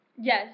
Yes